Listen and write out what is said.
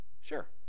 Sure